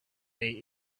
date